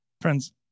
Friends